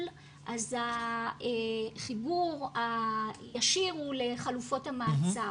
אז החיבור הישיר הוא לחלופות המעצר,